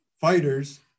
fighters